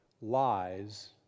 lies